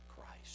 Christ